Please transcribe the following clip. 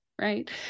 right